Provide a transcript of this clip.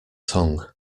tongue